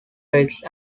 risk